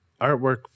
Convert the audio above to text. artwork